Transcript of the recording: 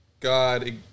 God